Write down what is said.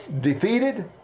defeated